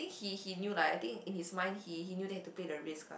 he he knew lah I think in his mind he he knew that he have to pay the risk lah